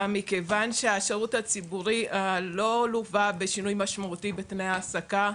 מכיוון שהשירות הציבורי לא לווה בשינוי משמעותי בתנאי העסקה.